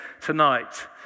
tonight